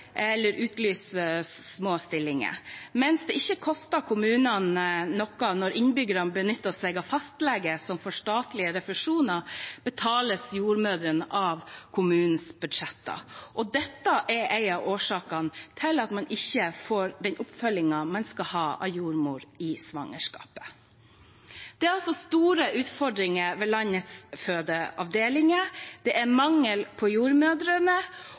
eller at de utlyser små stillinger. Mens det ikke koster kommunene noe når innbyggerne benytter seg av fastlege, som får statlige refusjoner, betales jordmødrene over kommunenes budsjetter. Dette er en av årsakene til at man ikke får den oppfølgingen av jordmor man skal ha under svangerskapet. Det er altså store utfordringer ved landets fødeavdelinger, det er mangel på